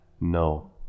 No